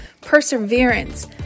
perseverance